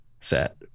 set